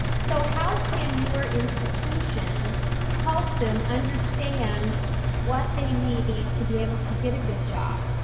so, how can your institution help them understand what they need to be able to get a good job.